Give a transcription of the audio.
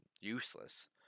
useless